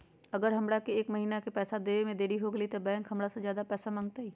अगर हमरा से एक महीना के पैसा देवे में देरी होगलइ तब बैंक हमरा से ज्यादा पैसा मंगतइ?